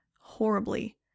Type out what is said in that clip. horribly